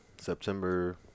september